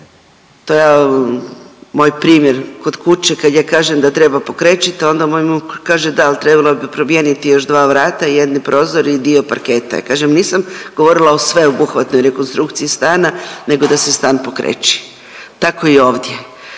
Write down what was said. To je moj primjer kod kuće kad ja kažem da treba pokrečit onda moj muž kaže da, al trebalo bi promijeniti još dvoja vrata, jedne prozore i dio parketa. Ja kažem nisam govorila o sveobuhvatnoj rekonstrukciji stana nego da se stan pokreči. Tako i ovdje,